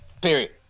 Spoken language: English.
Period